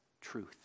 truth